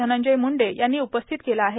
धनंजय मुंडे यांनी उपस्थित केला आहे